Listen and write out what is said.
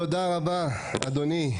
תודה רבה, אדוני.